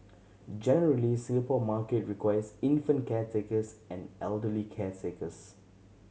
generally Singapore market requires infant caretakers and elderly caretakers